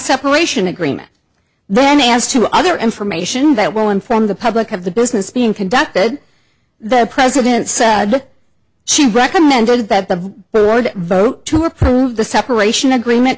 separation agreement then he has two other information that will inform the public of the business being conducted the president said look she recommended that the board vote to approve the separation agreement